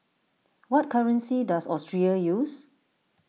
what currency does Austria use